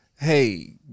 hey